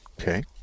Okay